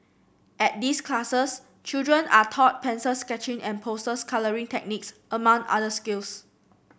at these classes children are taught pencil sketching and poster colouring techniques among other skills